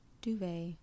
duvet